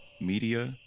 Media